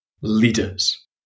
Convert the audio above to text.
leaders